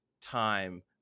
time